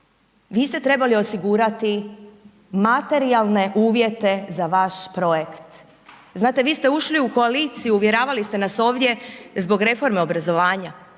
vi ste trebali osigurati materijalne uvjete za vaš projekt, znate vi ste ušli u koaliciju, uvjeravali ste nas ovdje zbog reforme obrazovanja,